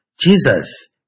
Jesus